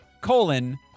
colon